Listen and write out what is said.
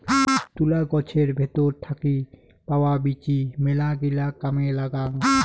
তুলা গছের ভেতর থাকি পাওয়া বীচি মেলাগিলা কামে লাগাং